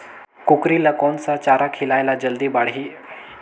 कूकरी ल कोन सा चारा खिलाय ल जल्दी बाड़ही?